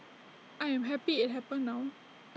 I am happy IT happened now